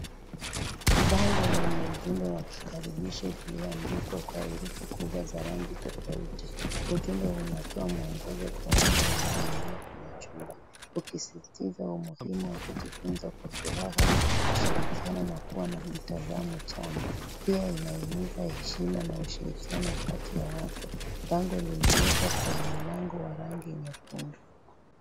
Bango lenye ujumbe wa kikaribisho kilioandikwa kwa herufi kubwa na rangi tofauti. Ujumbe unatoa mwongozo kwa wale wanaoingia kwenye chumba, ukisisitiza umuhimu wa kujifunza kwa furaha, kushirikiana na kuwa na mtazamo chanya. Pia inahimiza heshima na ushirikiano kati ya watu. Bango limewekwa kwenye mlango wa rangi nyekundu.